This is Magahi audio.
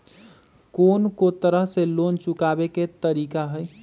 कोन को तरह से लोन चुकावे के तरीका हई?